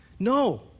No